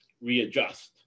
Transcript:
readjust